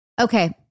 Okay